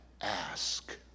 ask